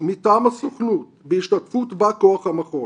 מטעם הסוכנות בהשתתפות בא כוח המכון.